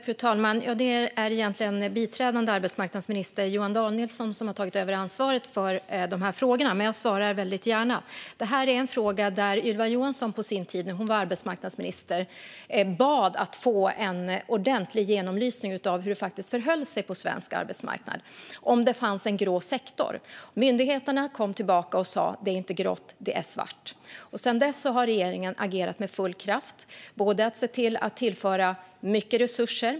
Fru talman! Det är egentligen biträdande arbetsmarknadsminister Johan Danielsson som har tagit över ansvaret för dessa frågor, men jag svarar gärna. När Ylva Johansson var arbetsmarknadsminister bad hon om en ordentlig genomlysning av hur det faktiskt förhöll sig på svensk arbetsmarknad och om det fanns en grå sektor. Myndigheterna kom tillbaka och sa: Det är inte grått; det är svart. Sedan dess har regeringen agerat med full kraft genom att bland annat tillföra mycket resurser.